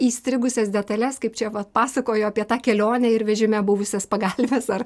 įstrigusias detales kaip čia va pasakojo apie tą kelionę ir vežime buvusias pagalvės ar